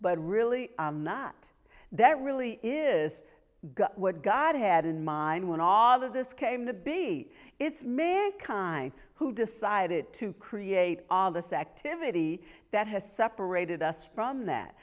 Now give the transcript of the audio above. but really i'm not that really is what god had in mind when all of this came to be it's made a kind who decided to create all this activity that has separated us from that